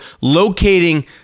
locating